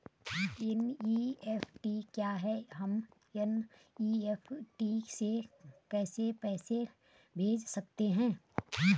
NEFT क्या है हम एन.ई.एफ.टी से कैसे पैसे भेज सकते हैं?